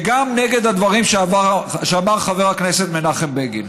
וגם נגד הדברים שאמר חבר הכנסת מנחם בגין.